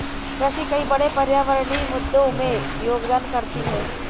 कृषि कई बड़े पर्यावरणीय मुद्दों में योगदान करती है